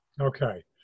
Okay